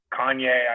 Kanye